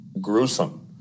gruesome